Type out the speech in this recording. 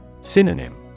Synonym